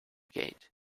gate